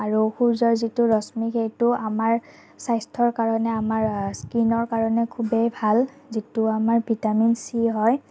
আৰু সূৰ্যৰ যিটো ৰশ্মি সেইটো আমাৰ স্বাস্থ্যৰ কাৰণে আমাৰ স্কীণৰ কাৰণে খুবেই ভাল যিটো আমাৰ ভিটামিন চি হয়